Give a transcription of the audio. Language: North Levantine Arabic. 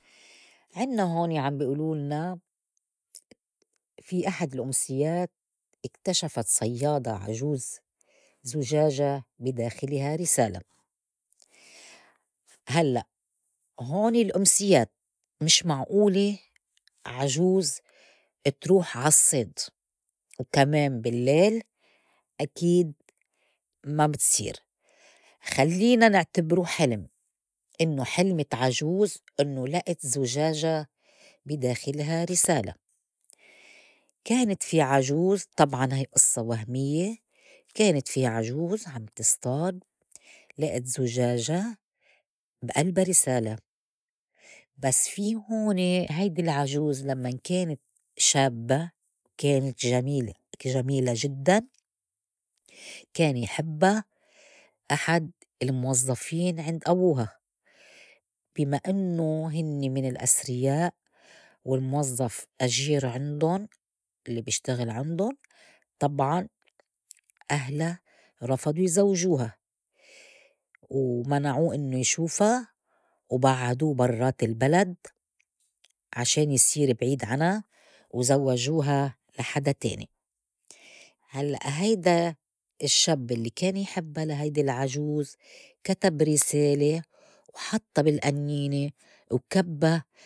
عنّا هون عم بي أولولنا في أحد الأمسيّات إكتشفت صيّاده عجوز زُجاجة بي داخلها رِسالة. هلّأ هون الأمسيّات مش معئولة عجوز تروح عالصّيد وكمان باللّيل أكيد ما بتصير. خلّينا نعتبرو حلم إنّو حلمت عجوز إنّو لئت زجاجة بي داخلها رسالة. كانت في عجوز طبعاً هاي ئصّة وهميّة، كانت في عجوز عم تصطاد لئت زُجاجة بألبا رسالة بس في هون هيدي العجوز لمّن كانت شابّة كانت جميلة جميلة جدّاً. كان يحبّا أحد الموظفين عند أبوها بي ما إنّو هنّ من الأثرياء والموظّف أجير عندُن اللّي بيشتغل عندن طبعاً أهلا رفضوا يزوجوها و منعو إنّو يشوفا وبعتو برّات البلد عشان يصير بعيد عنا وزوجوها لحدا تاني. هلّأ هيدا الشّب اللّي كان يحبّا لهيدي العجوز كتب رسالة وحطّا بالئنّينة وكبّى.